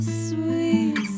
sweet